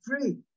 free